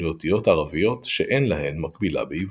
לאותיות ערביות שאין להן מקבילה בעברית.